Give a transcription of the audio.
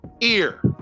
ear